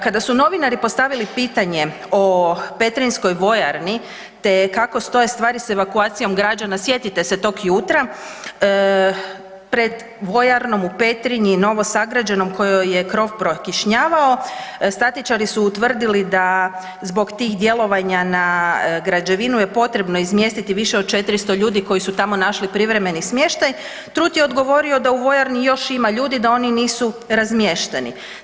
Kada su novinari postavili pitanje o petrinjskoj vojarni te kako stoje stvari s evakuacijom građana, sjetite se tog jutra, pred vojarnom u Petrinji novosagrađenom kojoj je krov prokišnjavao statičari su utvrdili da zbog tih djelovanja na građevinu je potrebno izmjestiti više od 400 ljudi koji su tamo našli privremeni smještaj, Trut je odgovorio da u vojarni još ima ljudi, da oni razmješteni.